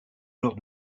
lors